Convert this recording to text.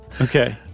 Okay